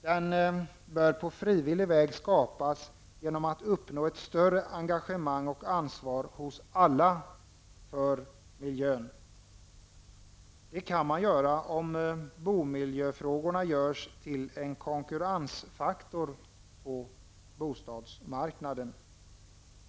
De bör skapas på frivillig väg genom att man hos alla uppnår ett större engagemang och ansvar för miljön. Detta är möjligt om boendemiljön görs till en konkurrensfaktor på bostadsmarknaden.